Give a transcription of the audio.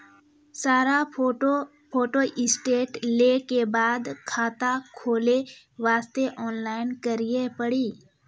सारा photo photostat लेल के बाद खाता खोले वास्ते ऑनलाइन करिल पड़ी?